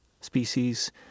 species